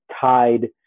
tied